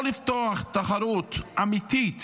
או לפתוח תחרות אמיתית